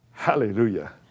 Hallelujah